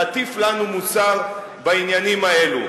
להטיף לנו מוסר בעניינים האלה,